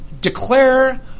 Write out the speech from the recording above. Declare